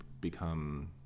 become